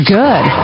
good